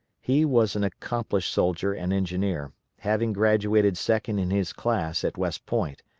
he was an accomplished soldier and engineer, having graduated second in his class at west point,